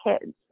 kids